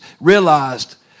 realized